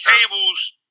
tables